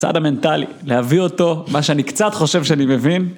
הצד המנטלי, להביא אותו, מה שאני קצת חושב שאני מבין.